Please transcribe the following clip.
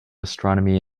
astronomy